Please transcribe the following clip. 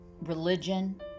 religion